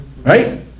right